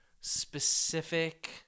specific